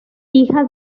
hija